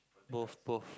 both both